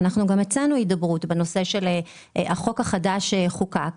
ואנחנו גם הצענו הידברות בנושא של החוק החדש שחוקק,